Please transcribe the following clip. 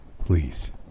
Please